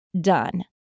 done